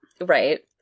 right